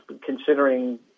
considering